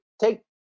Take